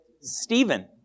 Stephen